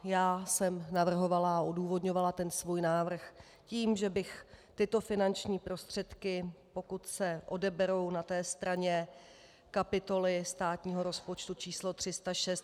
Já jsem navrhovala a odůvodňovala svůj návrh tím, že bych tyto finanční prostředky, pokud se odeberou na straně kapitoly státního rozpočtu č. 306